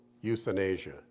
euthanasia